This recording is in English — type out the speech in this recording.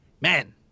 man